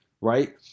Right